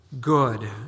Good